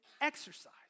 exercise